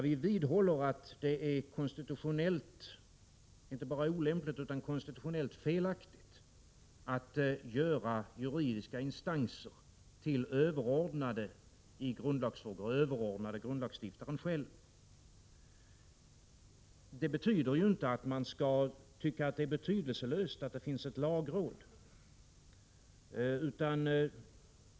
Vi vidhåller att det inte bara är olämpligt utan också konstitutionellt felaktigt att göra juridiska instanser till överordnade i grundlagsfrågor och överordnade grundlagsstiftaren själv. Det betyder inte att man skall tycka att det är betydelselöst att det finns ett lagråd.